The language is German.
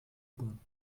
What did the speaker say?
bahn